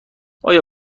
آیا